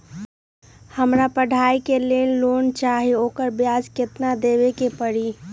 हमरा पढ़ाई के लेल लोन चाहि, ओकर ब्याज केतना दबे के परी?